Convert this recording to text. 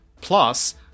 Plus